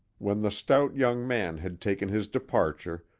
when the stout young man had taken his departure,